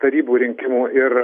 tarybų rinkimų ir